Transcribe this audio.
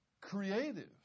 creative